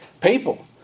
People